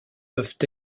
peuvent